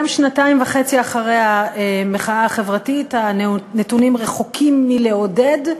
גם שנתיים וחצי אחרי המחאה החברתית הנתונים רחוקים מלעודד,